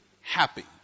happy